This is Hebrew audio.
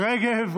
רגב,